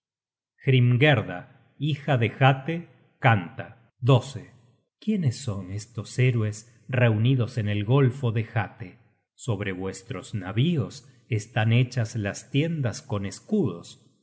hrimgerda hija de hate canta quiénes son estos héroes reunidos en el golfo de hate sobre vuestros navíos están hechas las tiendas con escudos